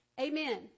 Amen